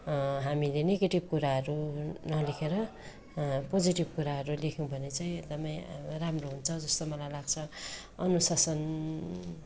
हामीले नेगेटिभ कुराहरू नलेखेर पोजेटिभ कुराहरू लेख्यौँ भने चाहिँ एकदमै राम्रो हुन्छ जस्तो मलाई लाग्छ अनुशासन